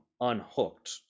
unhooked